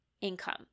income